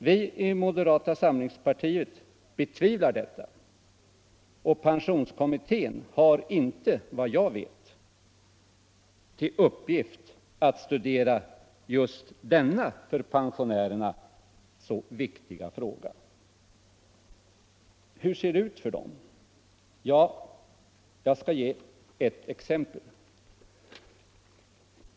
Vi i moderata samlingspartiet betvivlar detta, och pensionskommittén har inte, vad jag vet, till uppgift att studera just denna för pensionärerna så viktiga fråga. Hur ser det ut för pensionärerna? Ja, jag skall ge ett exempel.